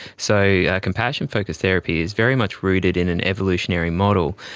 so compassion focused therapy is very much rooted in an evolutionary model,